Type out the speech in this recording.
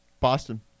Boston